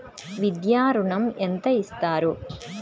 విద్యా ఋణం ఎంత ఇస్తారు?